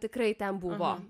tikrai ten buvo